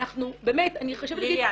אנחנו באמת -- ליליאן,